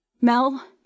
Mel